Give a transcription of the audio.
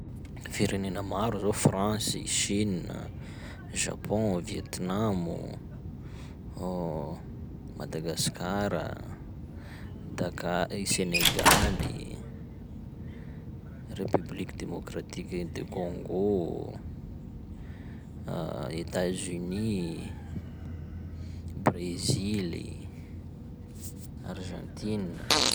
Firenena maro zao: France i, Chine a, Japon, Vietnam o, Madagasikara, Daka- i Senegaly, Republique Democratique i de Congo, Etats-Unis i, Brezily, Argentine.